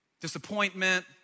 Disappointment